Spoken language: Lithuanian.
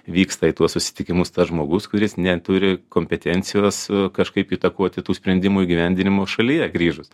vyksta į tuos susitikimus tas žmogus kuris neturi kompetencijos kažkaip įtakoti tų sprendimų įgyvendinimo šalyje grįžus